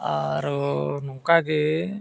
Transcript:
ᱟᱨᱚ ᱱᱚᱱᱠᱟᱜᱮ